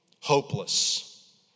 Hopeless